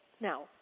Now